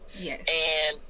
Yes